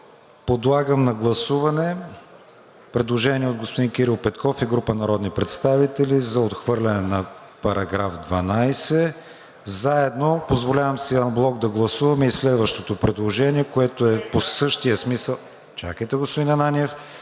Подлагам на гласуване предложение от господин Кирил Петков и група народни представители за отхвърляне на §12. Заедно – позволявам си анблок, да гласуваме и следващото предложение, което е по същия смисъл.